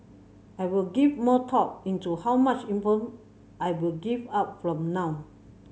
I will give more thought into how much inform I will give out from now